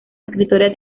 escritora